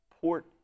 port